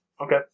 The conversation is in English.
Okay